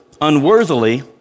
unworthily